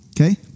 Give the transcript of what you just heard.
okay